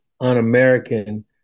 un-American